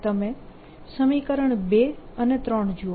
તમે સમીકરણ 2 અને 3 જુઓ